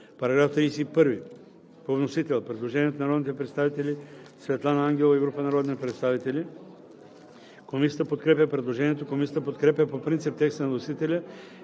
По § 31 по вносител има предложение от народния представител Светлана Ангелова и група народни представители. Комисията подкрепя предложението. Комисията подкрепя по принцип текста на вносителя